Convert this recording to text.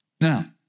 Now